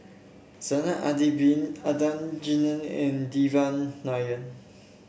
Zainal Abidin Adan Jimenez and Devan Nair